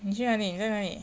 你去哪里你在哪里